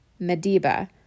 Medeba